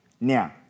Now